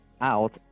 out